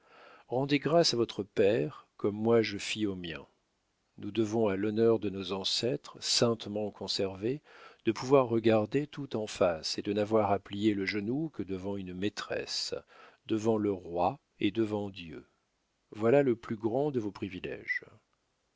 rendez grâce à votre père comme moi je fis au mien nous devons à l'honneur de nos ancêtres saintement conservé de pouvoir regarder tout en face et de n'avoir à plier le genou que devant une maîtresse devant le roi et devant dieu voilà le plus grand de vos priviléges